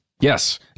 Yes